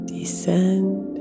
Descend